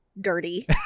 dirty